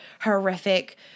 horrific –